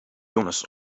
jonas